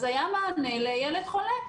אז היה מענה לילד חולה.